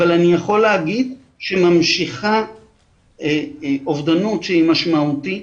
אבל אני יכול להגיד שממשיכה אובדנות שהיא משמעותית,